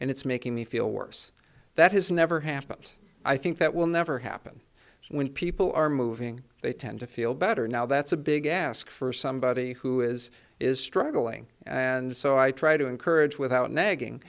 and it's making me feel worse that has never happened i think that will never happen when people are moving they tend to feel better now that's a big ask for somebody who is is struggling and so i try to encourage without nagging